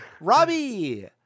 Robbie